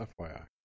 FYI